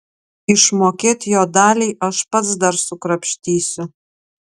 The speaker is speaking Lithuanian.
išmokėt jo daliai aš pats dar sukrapštysiu